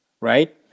right